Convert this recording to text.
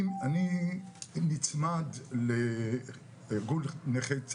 אני נצמד לארגון נכי צה"ל,